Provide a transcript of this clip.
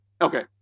Okay